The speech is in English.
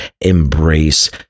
embrace